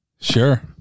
Sure